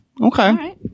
Okay